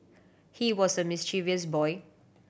he was a mischievous boy